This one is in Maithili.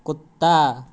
कुत्ता